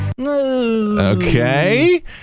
Okay